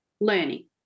Learning